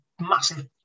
massive